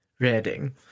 Reading